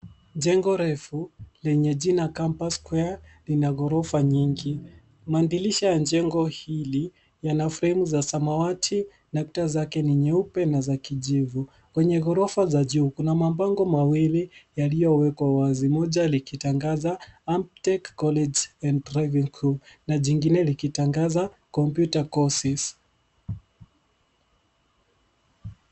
Jengo refu, lenye jina (cs)campus sqaure(cs) lina ghorofa nyingi. Madirisha ya jengo hili yana fremu za samawati, na kuta zake ni nyeupe na za kijivu. Kwenye ghorofa za juu, kuna mabango mawili yaliyowekwa wazi. Moja likitangaza (cs)amp tech college and driving crew(cs) na jingine likitangaza (cs)computer courses(cs).